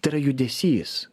tai yra judesys